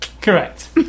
Correct